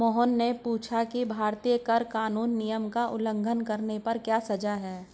मोहन ने पूछा कि भारतीय कर कानून नियम का उल्लंघन करने पर क्या सजा है?